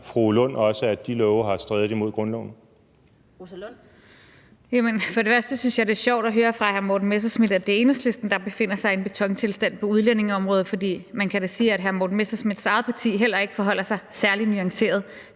Lind): Rosa Lund. Kl. 13:33 Rosa Lund (EL): For det første synes jeg, det er sjovt at høre fra hr. Morten Messerschmidt, at det er Enhedslisten, der befinder sig i en betontilstand på udlændingeområdet. For man kan da sige, at hr. Morten Messerschmidts eget parti heller ikke forholder sig særlig nuanceret